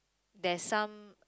there's some